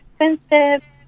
expensive